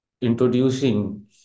introducing